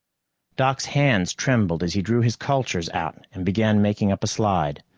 doc's hands trembled as he drew his cultures out and began making up a slide.